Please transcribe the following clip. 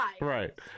Right